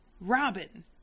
Robin